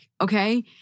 Okay